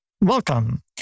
Welcome